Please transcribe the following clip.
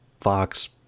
Fox